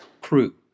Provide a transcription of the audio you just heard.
crew